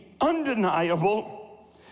undeniable